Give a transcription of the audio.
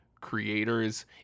creators